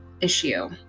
issue